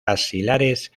axilares